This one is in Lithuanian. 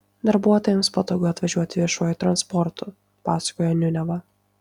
darbuotojams patogu atvažiuoti viešuoju transportu pasakojo niuneva